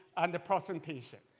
and the presentation.